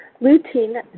lutein